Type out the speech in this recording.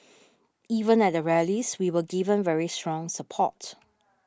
even at the rallies we were given very strong support